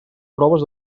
proves